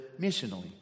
missionally